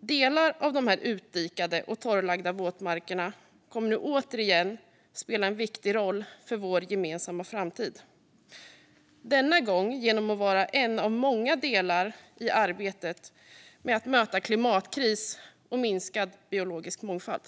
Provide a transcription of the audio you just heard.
Delar av de utdikade och torrlagda våtmarkerna kommer nu återigen att spela en viktig roll för vår gemensamma framtid, denna gång genom att vara en av många delar i arbetet med att möta klimatkris och minskad biologisk mångfald.